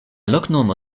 loknomo